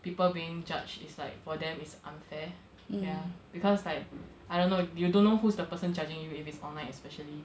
people being judged is like for them it's unfair ya because like I don't know you don't know who's the person judging you if it's online especially